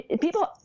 people